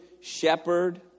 shepherd